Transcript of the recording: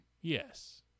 Yes